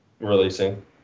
releasing